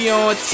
on